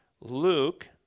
Luke